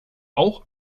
auch